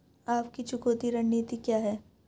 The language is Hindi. आपकी चुकौती रणनीति क्या है?